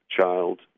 child